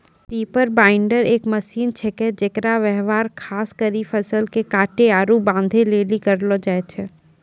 reaper binder एक machine छिकै जेकर व्यवहार खास करी फसल के काटै आरू बांधै लेली करलो जाय छै